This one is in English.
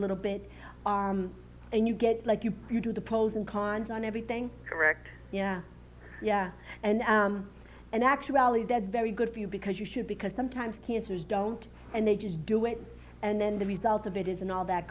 little bit and you get like you you do the pros and cons on everything correct yeah yeah and and actually that's very good for you because you should because sometimes cancers don't and they just do it and then the result of it isn't all that